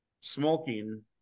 smoking